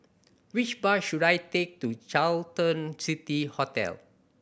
which bus should I take to City Hotel